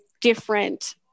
different